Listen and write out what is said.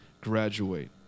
graduate